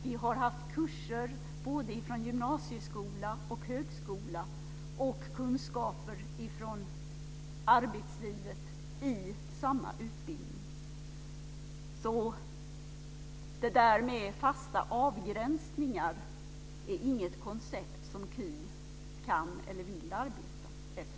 Vi har haft elever från både gymnasieskola och högskola och elever med kunskaper från arbetslivet i samma utbildning. Så det där med fasta avgränsningar är inget koncept som KY kan eller vill arbeta efter.